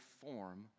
form